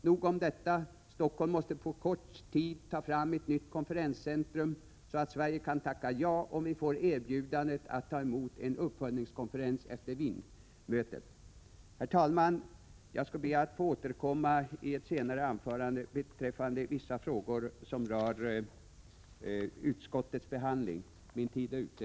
Nog om detta — Stockholm måste på kort tid ta fram ett nytt konferenscentrum, så att Sverige kan tacka ja om vi får erbjudandet att ta emot en uppföljningskonferens efter Wienmötet. Herr talman! Jag skall be att få återkomma i ett senare anförande beträffande vissa frågor som rör utskottets behandling. Min taletid är ute.